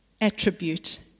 attribute